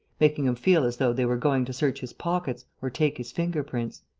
making him feel as though they were going to search his pockets or take his finger-prints.